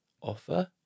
offer